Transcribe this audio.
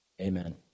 Amen